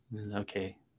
Okay